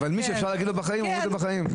אבל מי שאפשר להגיד לו בחיים אומרים את זה בחיים.